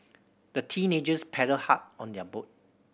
the teenagers paddled hard on their boat